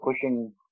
pushing